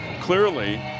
clearly